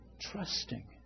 Trusting